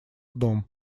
дом